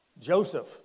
Joseph